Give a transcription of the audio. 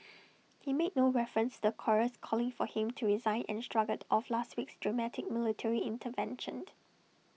he made no reference to the chorus calling for him to resign and shrugged off last week's dramatic military intervention